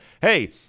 hey